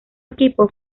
equipo